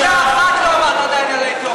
מילה אחת לא אמרת עדיין על האתיופים.